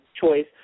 choice